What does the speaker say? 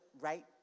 right